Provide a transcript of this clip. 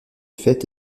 fêtes